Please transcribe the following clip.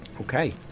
Okay